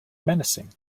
menacing